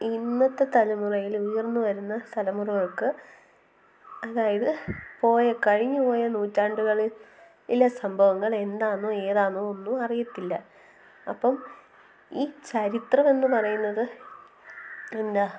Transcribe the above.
ഇന്നത്തെ തലമുറയിൽ ഉയർന്നു വരുന്ന തലമുറകൾക്ക് അതായത് പോയത് കഴിഞ്ഞു പോയത് നൂറ്റാണ്ടുകളിൽ ഉള്ള സംഭവങ്ങൾ എന്താണെന്നോ ഏതാണെന്നോ ഒന്നും അറിയില്ല അപ്പം ഈ ചരിത്രം എന്ന് പറയുന്നത് എന്താണ്